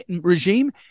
regime